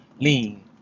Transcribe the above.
Lean